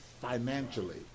financially